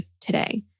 today